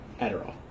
Adderall